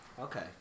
okay